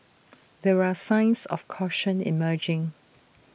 there are signs of caution emerging